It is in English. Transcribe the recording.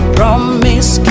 Promise